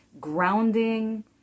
grounding